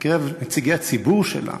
בקרב נציגי הציבור שלה,